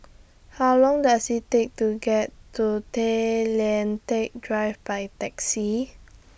How Long Does IT Take to get to Tay Lian Teck Drive By Taxi